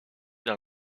dans